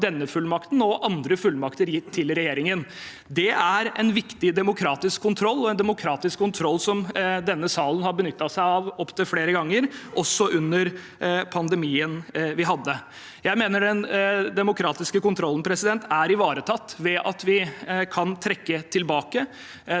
og andre fullmakter gitt til regjeringen. Det er en viktig demokratisk kontroll og en demokratisk kontroll som denne salen har benyttet seg av opptil flere ganger, også under pandemien vi hadde. Jeg mener den demokratiske kontrollen er ivaretatt ved at vi kan trekke fullmakten